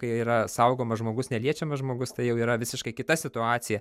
kai yra saugomas žmogus neliečiamas žmogus tai jau yra visiškai kita situacija